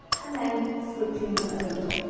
and then switching them over